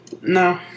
no